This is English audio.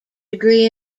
degree